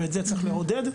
ואת זה צריך לעודד.